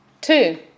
Two